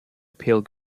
appeal